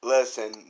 Listen